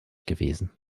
gewesen